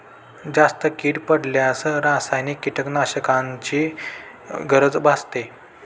जास्त कीड पडल्यास रासायनिक कीटकनाशकांची गरज भासते